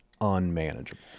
unmanageable